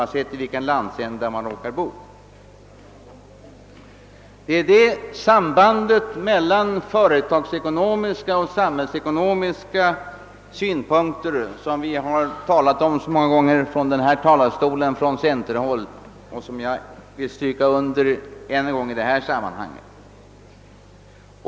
Deita samband mellan företagsekonomiska och samhällsekonomiska synpunkter, som vi på centerhåll så ofta talat om, är mycket påtagligt.